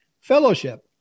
fellowship